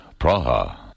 Praha